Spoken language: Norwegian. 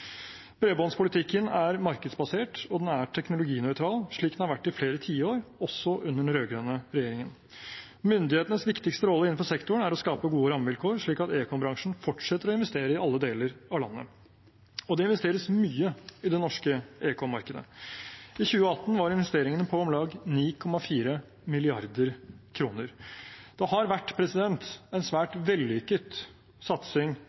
Bredbåndspolitikken er markedsbasert, og den er teknologinøytral, slik den har vært i flere tiår, også under den rød-grønne regjeringen. Myndighetenes viktigste rolle innenfor sektoren er å skape gode rammevilkår, slik at ekombransjen fortsetter å investere i alle deler av landet. Og det investeres mye i det norske ekommarkedet. I 2018 var investeringene på om lag 9,4 mrd. kr. Det har vært en svært vellykket satsing